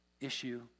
issue